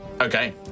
Okay